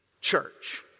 Church